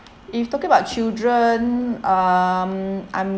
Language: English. if talking about children um I'm